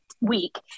week